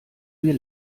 wir